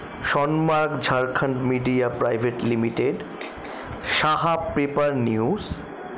Sonamarg Jharkhand media private limited Saha paper news